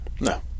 No